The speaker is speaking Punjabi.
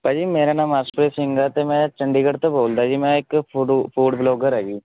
ਭਾਅ ਜੀ ਮੇਰਾ ਨਾਮ ਅਰਸ਼ਪ੍ਰੀਤ ਸਿੰਘ ਹੈ ਅਤੇ ਮੈਂ ਚੰਡੀਗੜ੍ਹ ਤੋਂ ਬੋਲਦਾ ਜੀ ਮੈਂ ਇੱਕ ਫੂਡ ਫੂਡ ਬਲੋਗਰ ਹੈ ਜੀ